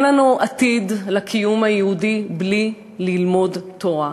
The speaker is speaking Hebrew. אין עתיד לקיום היהודי בלי ללמוד תורה.